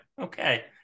okay